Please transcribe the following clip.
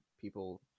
People